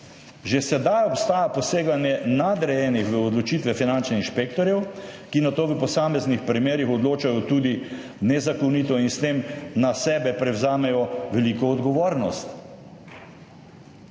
Že sedaj obstaja poseganje nadrejenih v odločitve finančnih inšpektorjev, ki nato v posameznih primerih odločajo, tudi nezakonito, in s tem na sebe prevzamejo veliko odgovornost.